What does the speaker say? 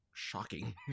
shocking